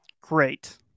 Great